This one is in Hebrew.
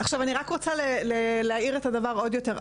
אני רק רוצה להאיר את הדבר עוד יותר.